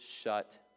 shut